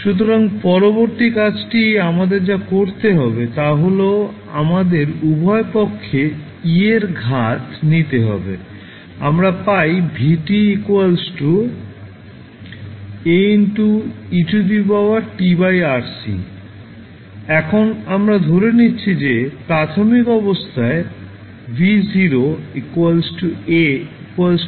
সুতরাং পরবর্তী কাজটি আমাদের যা করতে হবে তা হল আমাদের উভয় পক্ষের e এর ঘাত নিতে হবে আমরা পাই v AetRC এখন আমরা ধরে নিচ্ছি যে প্রাথমিক অবস্থায় v A V0